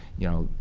you know,